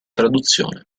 traduzione